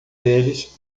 deles